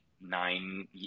nine